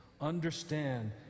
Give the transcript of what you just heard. Understand